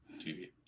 TV